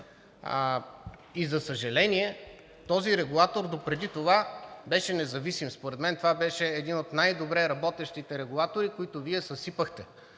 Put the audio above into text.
И за съжаление, този регулатор допреди това беше независим. Според мен това беше един от най-добре работещите регулатори, които Вие съсипахте,